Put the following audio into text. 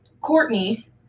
Courtney